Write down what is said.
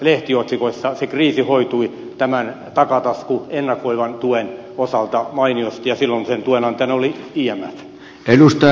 se kriisi hoitui tämän takatasku ennakoivan tuen osalta mainiosti ja silloin sen tuen antajana oli imf